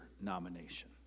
nomination